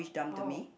oh